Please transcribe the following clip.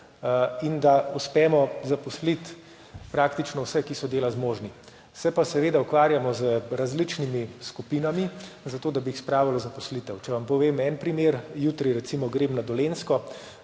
in da uspemo zaposliti praktično vse, ki so dela zmožni. Se pa seveda ukvarjamo z različnimi skupinami, zato da bi jih spravili v zaposlitev. Če vam povem en primer. Jutri grem recimo na Dolenjsko,